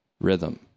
rhythm